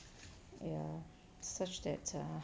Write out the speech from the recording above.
ya such that err